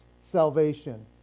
salvation